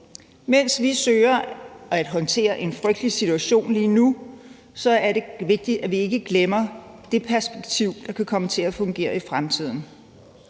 Mens vi søger at håndtere en frygtelig situation lige nu, er det vigtigt, at vi ikke glemmer perspektivet i forhold til det, der kan komme til at fungere i fremtiden.